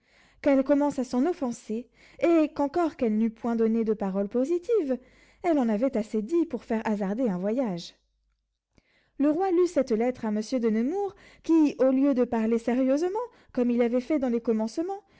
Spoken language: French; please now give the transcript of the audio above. qu'elle commence à s'en offenser et qu'encore qu'elle n'eût point donné de parole positive elle en avait assez dit pour faire hasarder un voyage le roi lut cette lettre à monsieur de nemours qui au lieu de parler sérieusement comme il avait fait dans les commencements